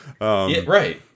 right